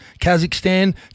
Kazakhstan